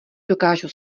dokážu